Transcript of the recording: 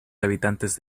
habitantes